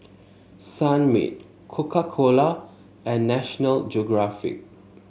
Sunmaid Coca Cola and National Geographic